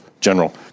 General